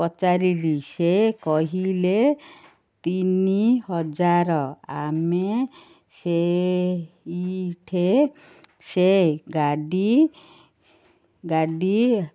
ପଚାରିଲି ସେ କହିଲେ ତିନି ହଜାର ଆମେ ସେଇଠେ ସେ ଗାଡ଼ି ଗାଡ଼ି